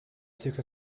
took